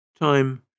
Time